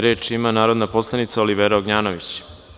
Reč ima narodna poslanica Olivera Ognjanović.